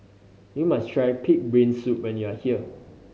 you must try pig brain soup when you are here